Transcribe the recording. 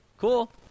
Cool